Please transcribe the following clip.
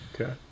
Okay